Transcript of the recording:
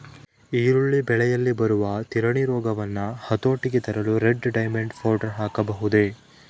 ಈರುಳ್ಳಿ ಬೆಳೆಯಲ್ಲಿ ಬರುವ ತಿರಣಿ ರೋಗವನ್ನು ಹತೋಟಿಗೆ ತರಲು ರೆಡ್ ಡೈಮಂಡ್ ಪೌಡರ್ ಹಾಕಬಹುದೇ?